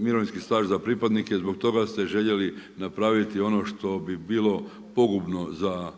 mirovinski staž za pripadnike zbog toga ste željeli napraviti ono što bi bilo pogubno za najveći